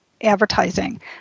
advertising